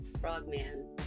frogman